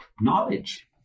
knowledge